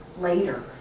later